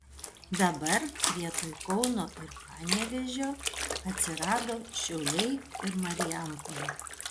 dabar vietoj kauno ir panevėžio atsirado šiauliai ir marijampolė